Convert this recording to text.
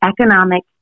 economic